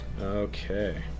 Okay